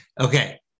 Okay